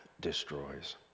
destroys